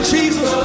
Jesus